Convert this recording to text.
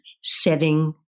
setting